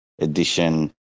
edition